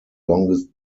longest